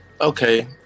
okay